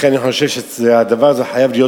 לכן אני חושב שהדבר הזה חייב להיות